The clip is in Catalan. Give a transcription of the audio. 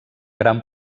gran